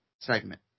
segment